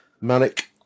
Malik